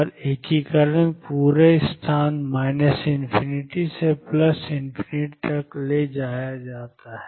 और एकीकरण पूरे स्थान ∞ सेतक ले जाया जाता है